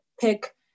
pick